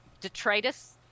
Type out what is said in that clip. detritus